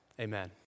amen